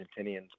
Argentinians